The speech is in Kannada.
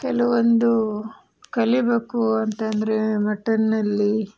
ಕೆಲವೊಂದು ಕಲಿಯಬೇಕು ಅಂತಂದರೆ ಮಟನ್ನಲ್ಲಿ